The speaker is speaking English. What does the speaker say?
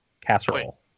casserole